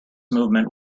movement